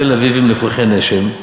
תל-אביבים נפוחי נשם,